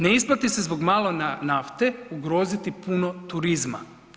Ne isplati se zbog malo nafte ugroziti puno turizma.